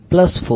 6j1